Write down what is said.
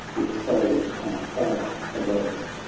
with souls on fire, arose,